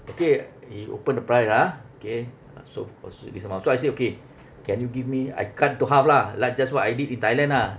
okay he open the price ah okay uh so for one shirt this amount so I say okay can you give me I cut into half lah like just what I did in thailand ah